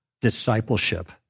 discipleship